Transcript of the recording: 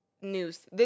news